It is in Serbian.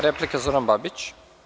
Replika, Zoran Babić.